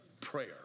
prayer